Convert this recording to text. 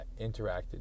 interacted